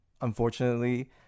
unfortunately